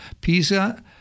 Pisa